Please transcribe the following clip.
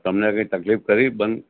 તમને કંઈ તકલીફ ખરી બંધ